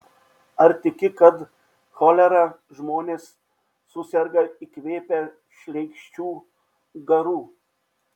ar tiki kad cholera žmonės suserga įkvėpę šleikščių garų